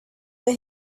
that